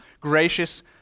gracious